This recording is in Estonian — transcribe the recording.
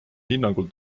hinnangul